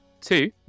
Two